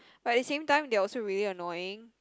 but at the same time they're also really annoying